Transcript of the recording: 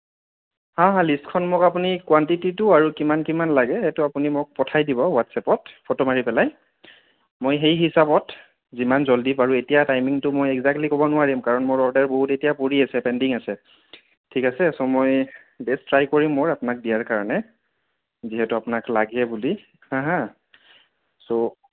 হাঁ হাঁ লিষ্টখন মোক আপুনি কোৱান্টিটিটো আৰু কিমান কিমান লাগে সেইটো আপুনি মোক পঠাই দিব হোৱাটছএপত ফটো মাৰি পেলাই মই সেই হিচাপত যিমান জলদি পাৰো এতিয়া টাইমিংটো মই একজ্যাকটলি কব নোৱাৰিম কাৰণ মোৰ অৰ্ডাৰ বহুত এতিয়া পৰি আছে পেণ্ডিং আছে ঠিক আছে চ' মই বেষ্ট ট্ৰাই কৰিম মোৰ আপোনাক দিয়াৰ কাৰণে যিহেতু আপোনাক লাগে বুলি হাঁ হাঁ চ'